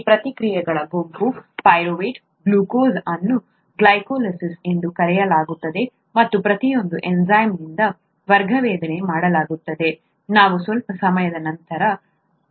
ಈ ಪ್ರತಿಕ್ರಿಯೆಗಳ ಗುಂಪು ಪೈರುವೇಟ್ಗೆ ಗ್ಲೂಕೋಸ್ ಅನ್ನು ಗ್ಲೈಕೋಲಿಸಿಸ್ ಎಂದು ಕರೆಯಲಾಗುತ್ತದೆ ಮತ್ತು ಪ್ರತಿಯೊಂದನ್ನು ಎನ್ಝೈಮ್ನಿಂದ ವೇಗವರ್ಧನೆ ಮಾಡಲಾಗುತ್ತದೆ ನಾವು ಸ್ವಲ್ಪ ಸಮಯದ ನಂತರ ಅದಕ್ಕೆ ಬರುತ್ತೇವೆ